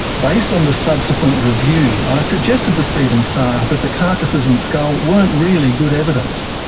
based on the subsequent review, i suggested to stephen sarre that the carcasses and skull weren't really good evidence.